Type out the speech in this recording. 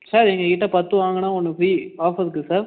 sir எங்ககிட்ட பத்து வாங்குனா ஒன்று ஃப்ரீ ஆஃபர் இருக்குது சார்